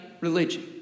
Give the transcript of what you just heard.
religion